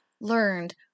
learned